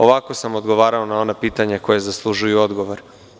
Ovako sam odgovarao na ona pitanja koja zaslužuju odgovor.